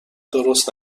درست